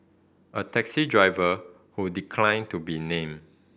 a taxi driver who declined to be named